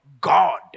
God